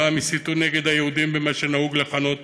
פעם הסיתו נגד היהודים במה שנהוג לכנות